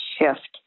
shift